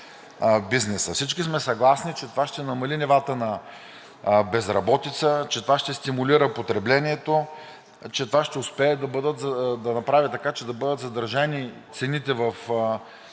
бизнеса. Всички сме съгласни, че това ще намали нивата на безработица, че това ще стимулира потреблението, че това ще успее да направи, така